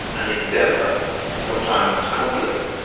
an endeavor and sometimes conflict